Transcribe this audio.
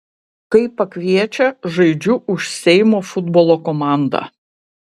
kai pakviečia žaidžiu už seimo futbolo komandą